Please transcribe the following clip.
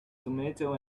tomato